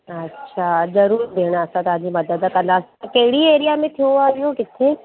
अच्छा ज़रूर भेण असां तव्हांजी मदद कंदासीं कहिड़ी एरिया में थियो आहे इहो किथे